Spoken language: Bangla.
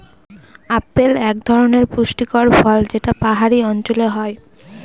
আপেল এক ধরনের পুষ্টিকর ফল যেটা পাহাড়ি অঞ্চলে হয়